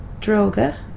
Droga